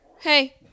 hey